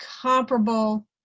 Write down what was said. comparable